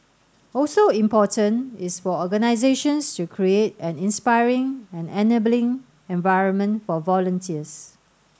also important is for organisations to create an inspiring and enabling environment for volunteers